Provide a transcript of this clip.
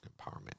Empowerment